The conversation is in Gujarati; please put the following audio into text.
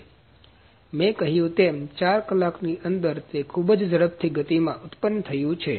તેથી મેં કહ્યું તેમ 4 કલાકની અંદર તે ખૂબ જ ઝડપથી ગતિ માં ઉત્પન્ન થયું છે